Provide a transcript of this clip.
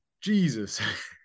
Jesus